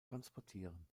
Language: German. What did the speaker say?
transportieren